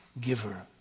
giver